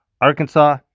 Arkansas